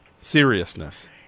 seriousness